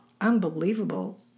unbelievable